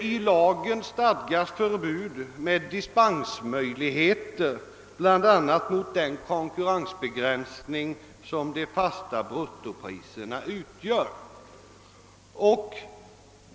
I lagen stadgas förbud med dispensmöjligheter bl.a. mot den konkurrensbegränsning som de fasta bruttopriserna utgör.